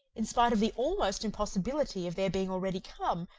in spite of the almost impossibility of their being already come,